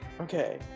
Okay